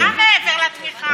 על התמיכה,